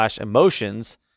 emotions